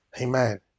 Amen